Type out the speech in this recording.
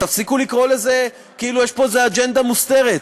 תפסיקו לקרוא את זה כאילו יש פה איזו אג'נדה מוסתרת.